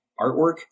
artwork